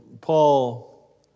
Paul